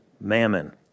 Mammon